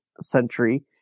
century